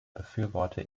befürworte